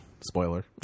spoiler